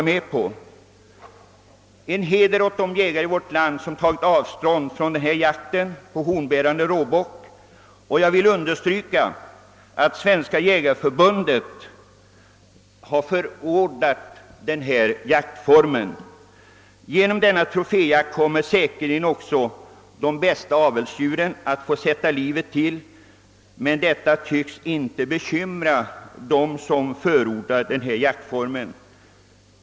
Man måste hedra de jägare i vårt land som tagit avstånd från denna jakt på hornbärande råbock. Jag vill understryka att Svenska jägareförbundet har förordat denna jaktform. Genom denna troféjakt kommer säkerligen också de bästa avelsdjuren att få sätta livet till, men detta tycks inte bekymra dem som förordar nämnda jaktform.